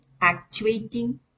actuating